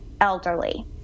elderly